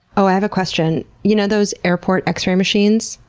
oh, i have a question. you know those airport x-ray machines?